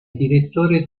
direttore